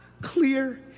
Clear